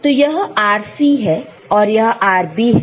तो यह RC है और यह RB है